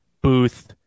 Booth